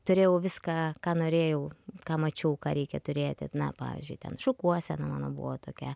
turėjau viską ką norėjau ką mačiau ką reikia turėti na pavyzdžiui ten šukuosena mano buvo tokia